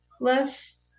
less